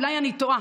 אולי אני טועה.